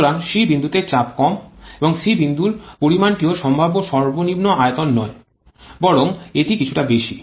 সুতরাং c বিন্দু তে চাপ কম এবং c বিন্দুর পরিমাণটিও সম্ভাব্য সর্বনিম্ন আয়তন নয় বরং এটি কিছুটা বেশি